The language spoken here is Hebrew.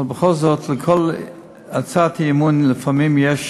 אבל בכל זאת, בהצעת אי-אמון לפעמים יש